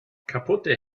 kaputte